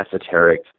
esoteric